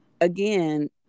again